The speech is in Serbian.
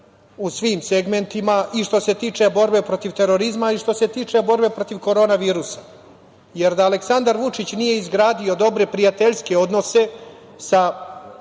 u svim segmentima i što se tiče borbe protiv terorizma i što se tiče borbe protiv korona virusa, jer da Aleksandar Vučić nije izgradio dobre i prijateljske odnose sa